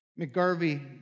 McGarvey